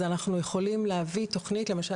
אז אנחנו יכולים להביא למשל,